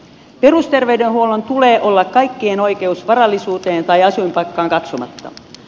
perusterveydenhuollon tulee olla kaikkien oikeus varallisuuteen tai asuinpaikkaan katsomatta